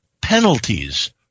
penalties